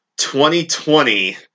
2020